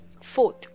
Fourth